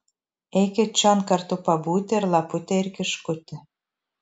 eikit čion kartu pabūti ir lapute ir kiškuti